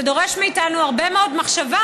זה דורש מאיתנו הרבה מאוד מחשבה,